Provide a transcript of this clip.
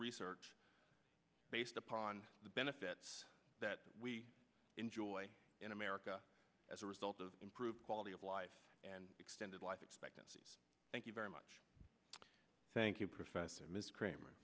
research based upon the benefits that we enjoy in america as a result of improved quality of life and extended life expectancies thank you very much thank you professor ms kramer